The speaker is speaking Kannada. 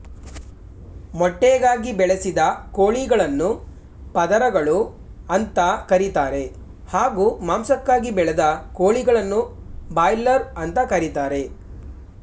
ಮೊಟ್ಟೆಗಾಗಿ ಬೆಳೆಸಿದ ಕೋಳಿಗಳನ್ನು ಪದರಗಳು ಅಂತ ಕರೀತಾರೆ ಹಾಗೂ ಮಾಂಸಕ್ಕಾಗಿ ಬೆಳೆದ ಕೋಳಿಗಳನ್ನು ಬ್ರಾಯ್ಲರ್ ಅಂತ ಕರೀತಾರೆ